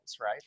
right